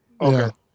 Okay